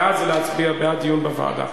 בעד, זה להצביע בעד דיון בוועדה.